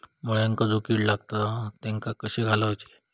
मुळ्यांका जो किडे लागतात तेनका कशे घालवचे?